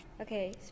Okay